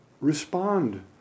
respond